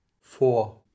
four